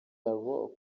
ubu